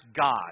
God